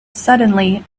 suddenly